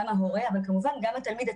גם ההורה אבל כמובן גם התלמיד עצמו.